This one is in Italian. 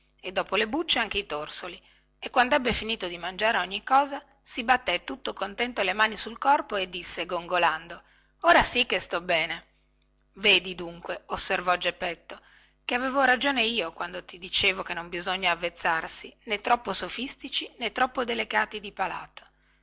e dopo le bucce anche i torsoli e quandebbe finito di mangiare ogni cosa si batté tutto contento le mani sul corpo e disse gongolando ora sì che sto bene vedi dunque osservò geppetto che avevo ragione io quando ti dicevo che non bisogna avvezzarsi né troppo sofistici né troppo delicati di palato